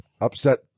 upset